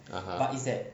(uh huh)